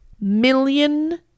million